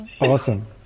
Awesome